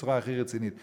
בצורה הכי רצינית.